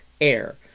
Air